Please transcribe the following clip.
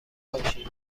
باشی